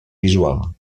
visual